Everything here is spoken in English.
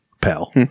pal